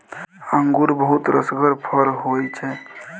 अंगुर बहुत रसगर फर होइ छै